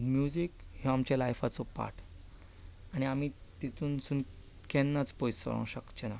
music हें आमच्या लायफाचो पार्ट आनी आमी तातूंतल्यान केन्नाच पयस जावूंक शकचे नात